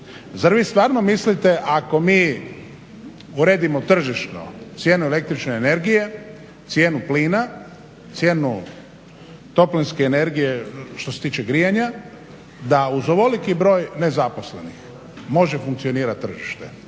Zar vi stvarno mislite ako mi uredimo tržišno cijenu električne energije, cijenu plina, cijenu toplinske energije što se tiče grijanja da uz ovoliki broj nezaposlenih može funkcionirati tržište